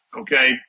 Okay